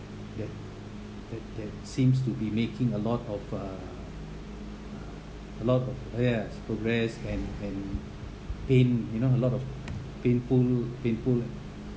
that that that seems to be making a lot of a uh a lot of oh yes progress and and pain you know a lot of painful painful